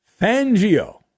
Fangio